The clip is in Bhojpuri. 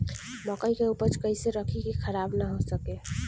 मकई के उपज कइसे रखी की खराब न हो सके?